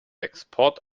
export